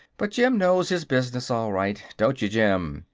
but jim knows his business all right don't you, jim?